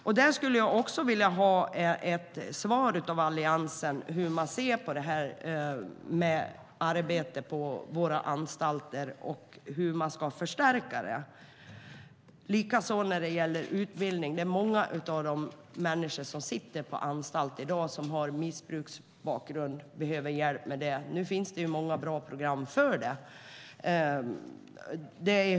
Jag skulle vilja ha ett svar från Alliansen om hur man ser på detta med arbete på våra anstalter, hur man ska förstärka det. Detsamma gäller utbildning. Många av dem som sitter på anstalt i dag har missbruksbakgrund och behöver hjälp med utbildning. Det finns många bra program för det.